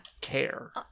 care